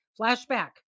flashback